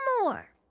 more